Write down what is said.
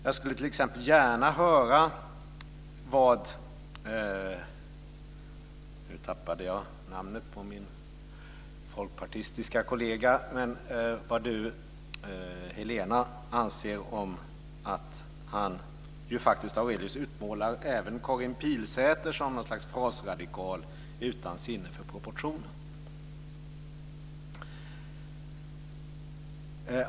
Jag skulle t.ex. gärna vilja höra vad min folkpartistiska kollega Helena Bargholtz anser om att ha blivit liksom även Karin Pilsäter utmålad av Nils Fredrik Aurelius som frasradikal utan sinne för proportioner.